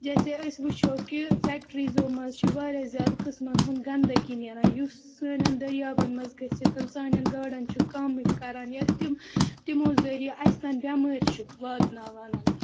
جیسے أسۍ وٕچھو کہِ فٮ۪کٹِرٛیٖزو منٛز چھِ واریاہ زیادٕ قٕسمَن ہُنٛد گنٛدگی نیران یُس سانٮ۪ن دٔریابَن منٛز گٔژھِتھ سانٮ۪ن گاڈَن چھِ کامنۍ کَران یا تِم تِمو ذٔریعہِ اَسہِ تانۍ بٮ۪مٲرۍ چھِ واتناوان